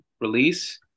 release